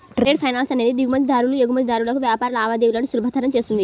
trade finance అనేది దిగుమతిదారులు, ఎగుమతిదారులకు వ్యాపార లావాదేవీలను సులభతరం చేస్తుంది